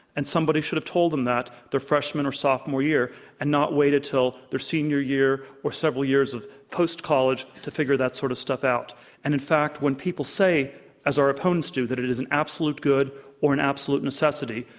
and somebody should have told them that their freshman or sophomore year and not waited till their senior year or several years of post college to figure that sort of and in fact when people say as our opponents do that it it is an absolute good or an absolute necessity,